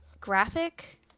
graphic